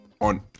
on